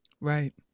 Right